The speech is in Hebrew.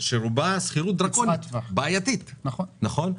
שרובה שכירות דרקונית בעייתית, נכון?